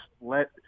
let